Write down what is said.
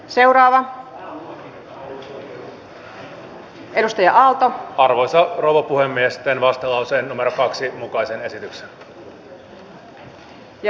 ylä lapin virkistysmetsät sijoitetaan metsähallituksen muuhun omaan pääomaan pois taloudellisten tuottotavoitteiden piiristä